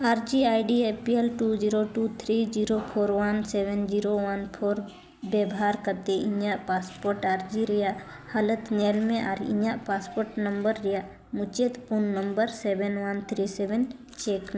ᱟᱨᱡᱤ ID AP L two zero two three zero four one seven zero one four ᱵᱮᱵᱷᱟᱨ ᱠᱟᱛᱮᱫ ᱤᱧᱟᱹᱜ passport ᱟᱨᱡᱤ ᱨᱮᱭᱟᱜ ᱦᱟᱞᱚᱛ ᱧᱮᱞ ᱢᱮ ᱟᱨ ᱤᱧᱟᱹᱜ ᱯᱟᱥᱯᱳᱨᱴ ᱱᱚᱢᱵᱚᱨ ᱨᱮᱭᱟᱜ ᱢᱩᱪᱟᱹᱫ ᱯᱩᱱ number seven one three seven check ᱢᱮ